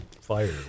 fire